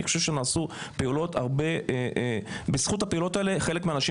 אני חושב שנעשו הרבה פעולות שבזכותן הרבה אנשים